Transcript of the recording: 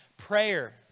Prayer